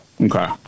Okay